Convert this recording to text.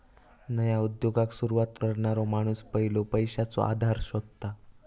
नया उद्योगाक सुरवात करणारो माणूस पयलो पैशाचो आधार शोधता